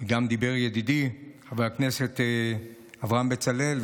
ודיבר גם ידידי חבר הכנסת אברהם בצלאל,